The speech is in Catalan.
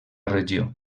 regió